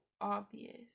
obvious